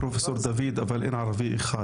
פרופסור הראל, אבל אין ערבי אחר.